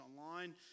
online